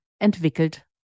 entwickelt